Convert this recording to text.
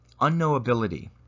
unknowability